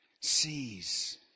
sees